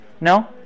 no